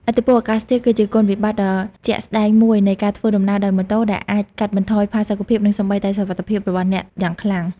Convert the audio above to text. ឥទ្ធិពលអាកាសធាតុ គឺជាគុណវិបត្តិដ៏ជាក់ស្តែងមួយនៃការធ្វើដំណើរដោយម៉ូតូ ដែលអាចកាត់បន្ថយផាសុកភាព និងសូម្បីតែសុវត្ថិភាពរបស់អ្នកយ៉ាងខ្លាំង។